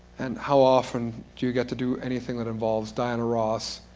and how often do you get to do anything that involves diana ross,